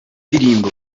n’indirimbo